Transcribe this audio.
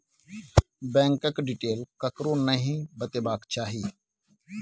बैंकक डिटेल ककरो नहि बतेबाक चाही